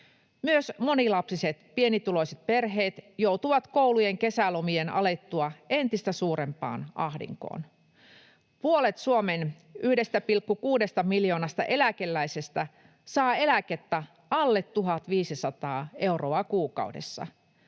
Myös monilapsiset pienituloiset perheet joutuvat koulujen kesälomien alettua entistä suurempaan ahdinkoon. Puolet Suomen 1,6 miljoonasta eläkeläisestä saa eläkettä alle 1 500 euroa kuukaudessa.